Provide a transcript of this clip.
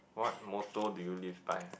what motto do you live by